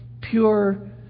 pure